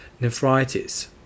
nephritis